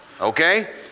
okay